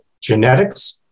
genetics